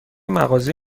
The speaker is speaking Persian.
مغازه